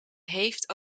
heeft